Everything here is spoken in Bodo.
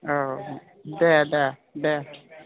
औ दे दे दे